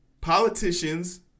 Politicians